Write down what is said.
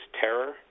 terror